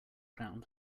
ground